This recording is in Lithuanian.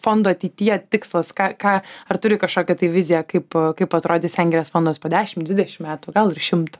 fondo ateityje tikslas ką ką ar turi kažkokią tai viziją kaip kaip atrodys sengirės fondas po dešim dvidešim metų gal ir šimto